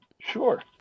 Sure